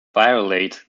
violate